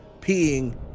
peeing